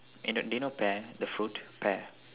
d~ do you know pear the fruit pear